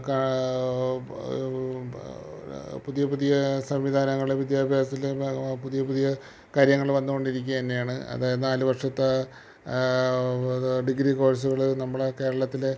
പുതിയ പുതിയ സംവിധാനങ്ങൾ വിദ്യാഭ്യാസത്തിലുള്ള പുതിയ പുതിയ കാര്യങ്ങൾ വന്നുകൊണ്ടിരിക്കുകതന്നെയാണ് അതായത് നാല് വർഷത്തെ അത് ഡിഗ്രി കോഴ്സുകൾ നമ്മുടെ കേരളത്തിൽ